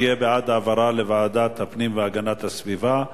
יהיה בעד העברה לוועדת הפנים והגנת הסביבה,